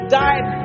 died